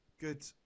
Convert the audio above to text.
Good